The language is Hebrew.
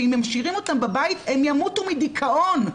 שאם משאירים אותם בבית הם ימותו מדיכאון,